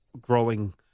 growing